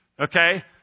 okay